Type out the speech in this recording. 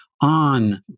on